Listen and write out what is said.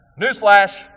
Newsflash